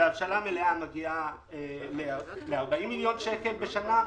בהבשלה מלאה היא מגיעה ל-40 מיליון שקל בשנה.